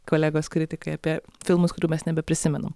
kolegos kritikai apie filmus kurių mes nebeprisimenam